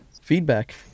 Feedback